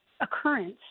occurrence